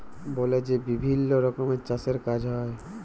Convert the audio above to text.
বলে যে বিভিল্ল্য রকমের চাষের কাজ হ্যয়